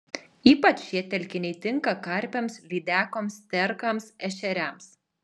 ypač šie telkiniai tinka karpiams lydekoms sterkams ešeriams